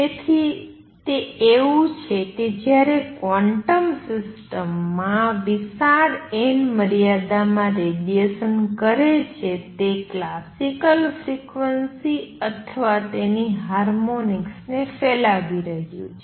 તેથી તે એવું છે કે જ્યારે ક્વોન્ટમ સિસ્ટમ આ વિશાળ n મર્યાદામાં રેડીએશન કરે છે તે ક્લાસિકલ ફ્રિક્વન્સી અથવા તેની હાર્મોનિક્સ ને ફેલાવી રહ્યું છે